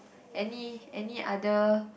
any any other